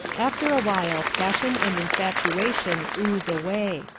after a while passion and infatuation ooze away.